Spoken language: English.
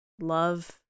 love